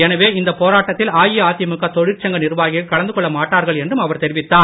எனவே இந்த போராட்டத்தில் அதிமுக தொழிற்சங்க நிர்வாகிகள் கலந்து கொள்ள மாட்டார்கள் என்றும் அவர் தெரிவித்தார்